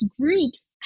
groups